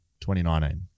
2019